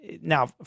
Now